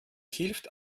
hilft